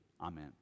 Amen